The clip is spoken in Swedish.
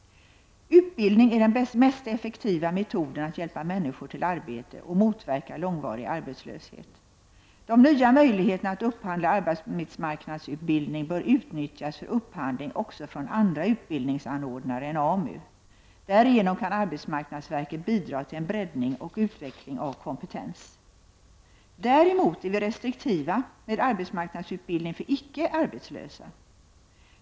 Utbildning är den mest effektiva metoden att hjälpa människor till arbete och motverka långvarig arbetslöshet. De nya möjligheterna att upphandla arbetsmarknadsutbildning bör utnyttjas för upphandling också från andra utbildningsanordnare än AMU. Därigenom kan arbetsmarknadsverket bidra till en breddning och utveckling av kompetens. Däremot är vi restriktiva med arbetsmarknadsutbildning för icke arbetslösa.